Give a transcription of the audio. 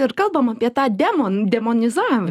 ir kalbam apie tą demon demonizav